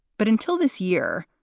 but until this year,